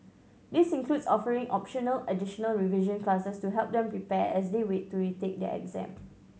this includes offering optional additional revision classes to help them prepare as they wait to retake their exam